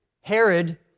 Herod